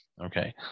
Okay